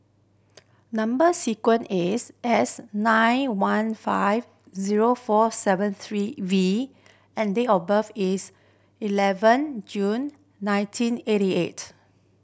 number sequence is S nine one five zero four seven three V and date of birth is eleven June ninteen eighty eight